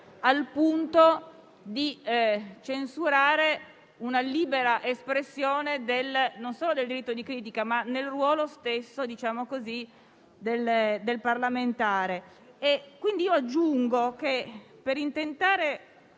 al punto di censurare una libera espressione non solo del diritto di critica, ma del ruolo stesso del parlamentare. Aggiungo che per esercitare